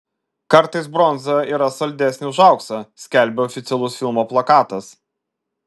kartais bronza yra saldesnė už auksą skelbė oficialus filmo plakatas